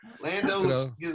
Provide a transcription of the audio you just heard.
Lando